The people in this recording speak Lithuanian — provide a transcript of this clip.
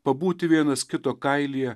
pabūti vienas kito kailyje